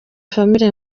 family